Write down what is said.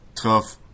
tough